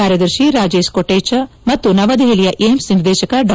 ಕಾರ್ಯದರ್ಶಿ ರಾಜೇಶ್ ಕೊಟೇಚಾ ಮತ್ತು ನವದೆಹಲಿಯ ಏಮ್ಪ್ ನಿರ್ದೇಶಕ ಡಾ